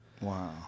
Wow